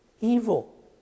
evil